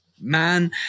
man